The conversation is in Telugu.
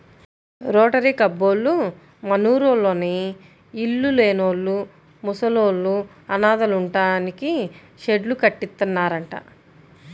రోటరీ కబ్బోళ్ళు మనూర్లోని ఇళ్ళు లేనోళ్ళు, ముసలోళ్ళు, అనాథలుంటానికి షెడ్డు కట్టిత్తన్నారంట